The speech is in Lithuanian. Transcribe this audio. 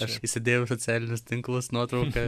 aš įsidėjau į socialinius tinklus nuotrauką